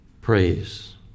praise